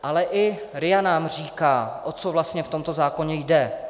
Ale i RIA nám říká, o co vlastně v tomto zákoně jde.